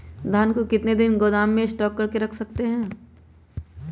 धान को कितने दिन को गोदाम में स्टॉक करके रख सकते हैँ?